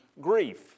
grief